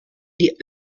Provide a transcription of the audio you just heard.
die